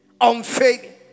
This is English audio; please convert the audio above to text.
Unfailing